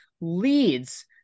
leads